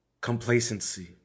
complacency